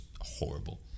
horrible